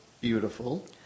Beautiful